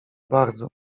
bardzo